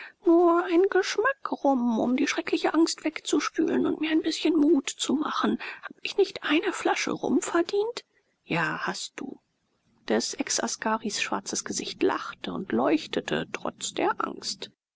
nur einen geschmack rum um die schreckliche angst wegzuspülen und mir ein bißchen mut zu machen hab ich nicht eine flasche rum verdient ja verdient hast du sie des exaskaris schwarzes gesicht lachte und leuchtete trotz der angst